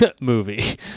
movie